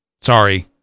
Sorry